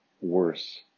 worse